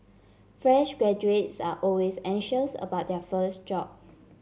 fresh graduates are always anxious about their first job